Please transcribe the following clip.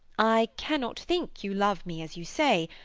i cannot think you love me as you say,